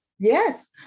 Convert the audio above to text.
Yes